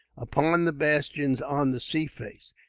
upon the bastions on the sea face.